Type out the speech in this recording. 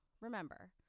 remember